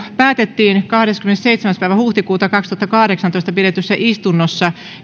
päätettiin kahdeskymmenesseitsemäs neljättä kaksituhattakahdeksantoista pidetyssä istunnossa